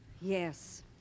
Yes